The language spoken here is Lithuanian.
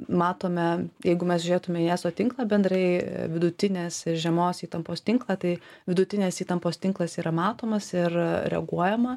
matome jeigu mes žiūrėtume į eso tinklą bendrai vidutinės ir žemos įtampos tinklą tai vidutinės įtampos tinklas yra matomas ir reaguojama